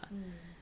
mmhmm